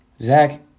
Zach